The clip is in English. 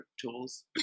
tools